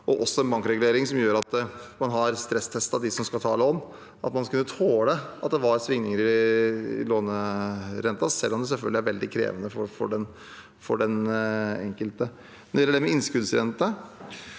og også en bankregulering som gjør at man har stresstestet dem som skal ta opp lån – at man skulle tåle at det var svingninger i lånerenta, selv om det selvfølgelig er veldig krevende for den enkelte. Så til det med innskuddsrente.